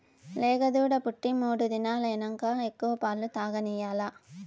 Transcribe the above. లేగదూడ పుట్టి మూడు దినాలైనంక ఎక్కువ పాలు తాగనియాల్ల